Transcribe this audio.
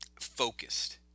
focused